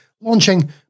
launching